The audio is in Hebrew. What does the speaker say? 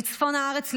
מצפון הארץ לדרומה.